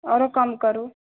आओरो कम करू